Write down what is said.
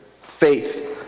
faith